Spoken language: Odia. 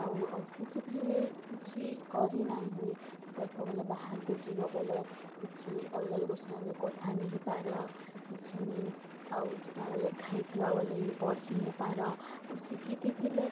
ଆଉ ଅଶିକ୍ଷିତ୍ ହେଲେ କିଛି କରି ନାଇଁହୁଏ ଦେଖ ବୋଲେ ବାହାରକେ ଯିବ ବୋଲେ କିଛି ଅଲଗା ଲୁକର୍ ସାଙ୍ଗେ କଥା ନେଇଁ ହେଇପାର କିଛି ନେଇ ଆଉ କାଣା ଲେଖା ହେଇଥିବା ବୋଲେ ବି ପଢ଼ି ନାଇଁପାର ଆଉ ଶିକ୍ଷିତ୍ ହେଇଥିଲେ